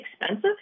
expensive